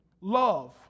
love